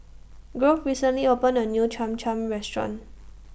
Grove recently opened A New Cham Cham Restaurant